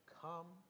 come